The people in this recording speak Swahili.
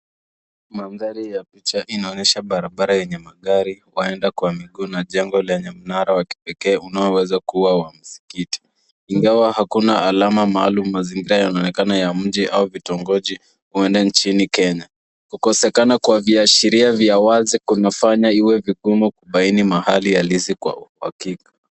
Maadhari ya picha inaonesha barabara yenye magari waenda kwa miguu na jengo lenye mnara wa kipekee unaoweza kuwa wa msikiti. Ingawa hakuna alama maalum mazingira yanaonekana ya mji au vitongoji, huenda nchini Kenya. Kukosekana kwa viashiria vya wazi kunafanya iwe vigumu kubaini mahali halisi kwa uhakika.